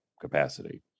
capacity